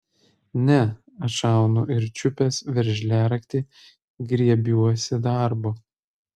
ne atšaunu ir čiupęs veržliaraktį griebiuosi darbo